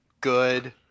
good